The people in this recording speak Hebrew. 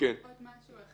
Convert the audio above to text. אני רוצה להגיד עוד משהו,